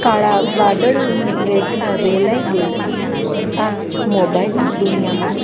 કાળા વાદળોની રેખા રેલાઈ ગઈ આ મોબાઇલની દુનિયામાં